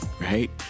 right